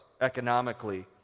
economically